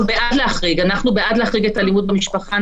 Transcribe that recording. אנחנו בעד להחריג אלימות במשפחה.